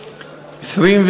נתקבלה.